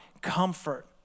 comfort